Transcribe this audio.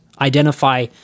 identify